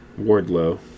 Wardlow